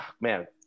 man